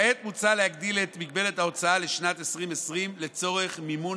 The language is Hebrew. כעת מוצע להגדיל את מגבלת ההוצאה לשנת 2020 לצורך מימון